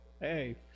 Hey